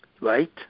right